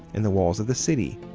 and the walls of the city,